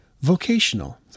vocational